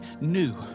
new